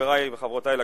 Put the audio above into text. חברי וחברותי לכנסת,